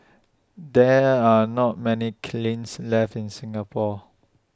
there are not many kilns left in Singapore